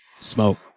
smoke